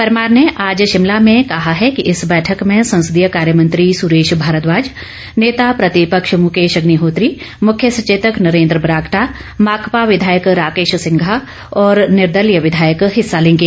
परमार ने आज शिमला में कहा है कि इस बैठक में संसदीय कार्यमंत्री सुरेश भारद्वाज नेता प्रतिपक्ष मुकेश अग्निहोत्री मुख्य सचेतक नरेंद्र बरागटा माकपा विधायक राकेश सिंघा और निर्दलीय विधायक हिस्सा लेगें